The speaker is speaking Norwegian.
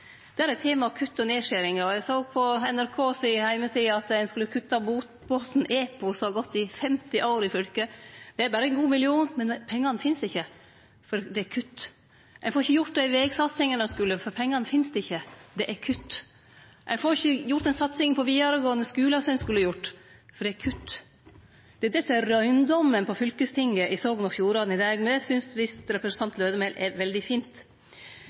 har fått eit godt grunnlag for å lage 2015-budsjettet, er han langt, langt frå røyndommen ein opplever på fylkestinget sitt møte i Sogn og Fjordane i dag, der er tema kutt og nedskjeringar. Eg såg på NRK si heimeside at ein skulle kutte – og bokbåten Epos har gått 50 år i fylket. Det er berre ein god million, men pengane finst ikkje. Det er kutt. Ein får ikkje gjort dei vegsatsingane ein skulle ha gjort, for pengane finst ikkje. Det er kutt. Ein får ikkje den satsinga på vidaregåande skular som ein skulle ha gjort, for det er kutt. Det er det som er